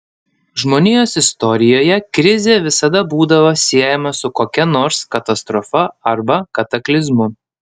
žmonijos istorijoje krizė visada būdavo siejama su kokia nors katastrofa arba kataklizmu